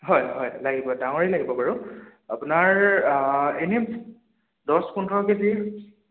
হয় হয় লাগিব ডাঙৰেই লাগিব বাৰু আপোনাৰ এনে দহ পোন্ধৰ কেজি